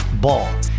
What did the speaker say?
Ball